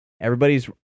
everybody's